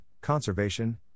conservation